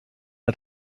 els